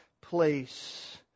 place